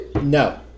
No